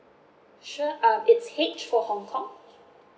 sure uh it's H for hong kong